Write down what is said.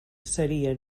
seria